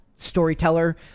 storyteller